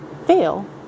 fail